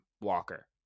Walker